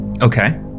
Okay